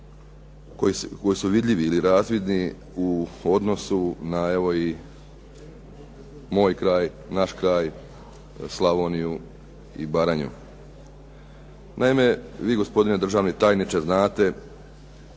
koji su vidljivi ili razvidni u odnosu na evo i moj kraj, naš kraj, Slavoniju i Baranju. Naime, vi gospodine državni tajniče znate